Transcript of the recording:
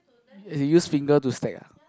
as in use finger to stack ah